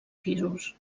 pisos